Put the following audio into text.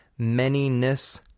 manyness